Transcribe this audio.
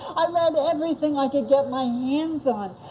i learned everything i could get my hands on.